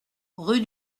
rue